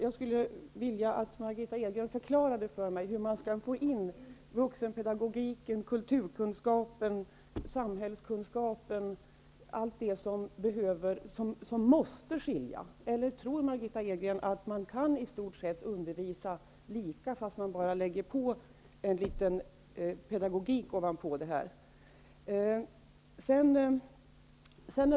Jag skulle vilja att Margitta Edgren förklarade för mig hur man skall få in vuxenpedagogiken, kulturkunskapen, samhällskunskapen och allt det som måste skilja. Eller tror Margitta Edgren att man kan undervisa i stort sett på samma sätt och att det bara är att lägga litet pedagogik ovanpå detta?